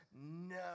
no